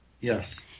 Yes